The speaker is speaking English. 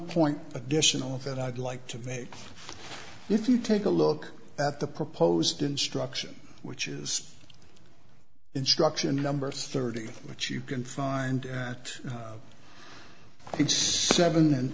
point additional that i'd like to make if you take a look at the proposed instruction which is instruction number thirty which you can find at least seven and